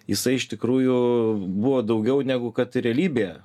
jisai iš tikrųjų buvo daugiau negu kad realybėje